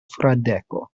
fradeko